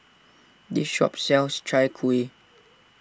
this shop sells Chai Kuih